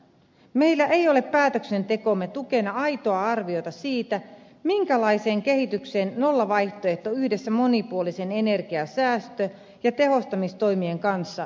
meillä ei ole päätöksentekomme tukena aitoa arviota siitä minkälaiseen kehitykseen nollavaihtoehto yhdessä monipuolisen energiansäästö ja tehostamistoimien kanssa johtaisi